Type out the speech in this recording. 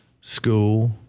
school